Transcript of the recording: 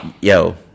yo